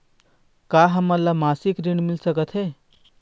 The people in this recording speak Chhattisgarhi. का हमन ला मासिक ऋण मिल सकथे?